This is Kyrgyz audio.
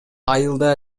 айылда